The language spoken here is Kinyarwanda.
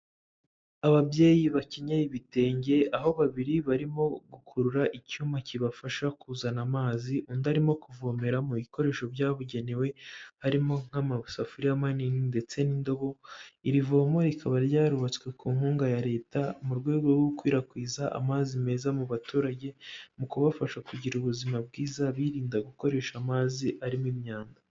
Ababyeyi bakenyeye ibitenge, aho babiri barimo gukurura icyuma kibafasha kuzana amazi, undi arimo kuvomera mu bikoresho byabugenewe, harimo nk'amasafuriya manini ndetse n'indobo. Iri voma rikaba ryarubatswe ku nkunga ya leta, mu rwego rwo gukwirakwiza amazi meza mu baturage, mu kubafasha kugira ubuzima bwiza, birinda gukoresha amazi arimo imyanda.